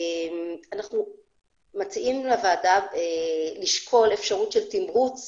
אנחנו מציעים לוועדה לשקול אפשרות של תמריץ